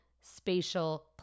spatial